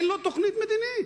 אין לו תוכנית מדינית.